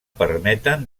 permeten